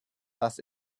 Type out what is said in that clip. das